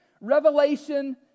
revelation